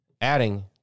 adding